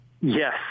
Yes